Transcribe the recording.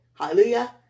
Hallelujah